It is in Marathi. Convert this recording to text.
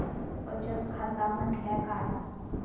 बचत खाता म्हटल्या काय?